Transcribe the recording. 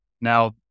Now